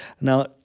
Now